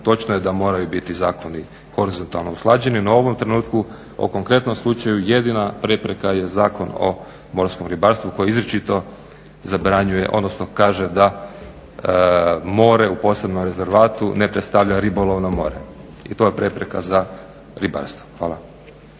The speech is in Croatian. Točno je da moraju biti zakoni horizontalno usklađeni no u ovom trenutku o konkretnom slučaju jedina prepreka je Zakon o morskom ribarstvu koji izričito zabranjuje odnosno kaže da more u posebnom rezervatu ne predstavlja ribolov na more i to je prepreka za ribarstvo. Hvala.